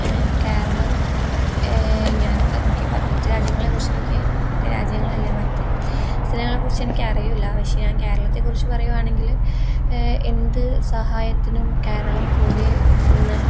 കേരളം ഞാൻ എനിക്ക് മറ്റു രാജ്യങ്ങളെക്കുറിച്ച് എനിക്ക് മറ്റ് രാജ്യങ്ങളല്ല മറ്റ് സ്ഥലങ്ങളെക്കുറിച്ച് എനിക്ക് അറിയില്ല പക്ഷെ ഞാൻ കേരളത്തെക്കുറിച്ച് പറയുകയാണെങ്കിൽ എന്ത് സഹായത്തിനും കേരളം കൂടി നിൽക്കുന്ന